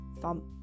thump